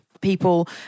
people